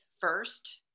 first